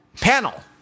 Panel